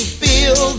feel